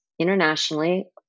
internationally